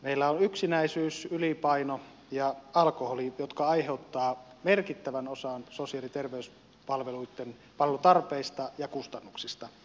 meillä on yksinäisyys ylipaino ja alkoholi jotka aiheuttavat merkittävän osan sosiaali ja terveyspalveluitten palvelutarpeista ja kustannuksista